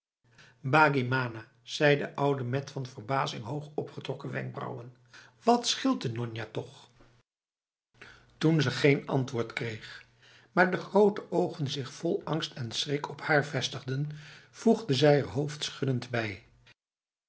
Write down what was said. bagimana zei de oude met van verbazing hoog opgetrokken wenkbrauwen wat scheelt de nonna toch en toen ze geen antwoord kreeg maar de grote ogen zich vol angst en schrik op haar vestigden voegde zij er hoofdschuddend bij